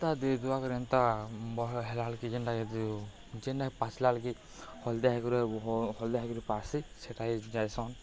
ଏନ୍ତା ଦେଇ ଦୁଆକରି ଏନ୍ତା ବଡ଼୍ ହେଲା ବେଲ୍କି ଯେନ୍ଟାକି ଯେନ୍ଟାକି ପାଚ୍ଲା ବେଲ୍କେ ହଲ୍ଦିଆ ହେଇକରି ହଲ୍ଦିଆ ହେଇକରି ପାଚ୍ସି ସେଟା ଯାଏସନ୍